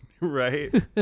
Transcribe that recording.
Right